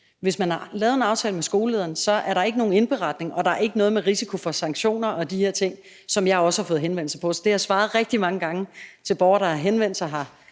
Hvis man har lavet en aftale med skolelederen, er der ikke nogen indberetning, og der er ikke noget med risiko for sanktioner og de her ting, som jeg også har fået henvendelser om. Så det har jeg svaret rigtig mange gange til borgere, der har henvendt sig her